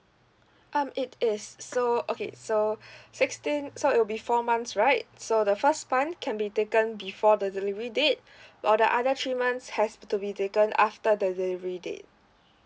um it is so okay so sixteen so it will be four months right so the first month can be taken before the delivery date while the other three months has to be taken after the delivery date